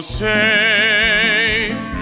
safe